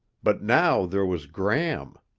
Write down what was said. but now there was gram.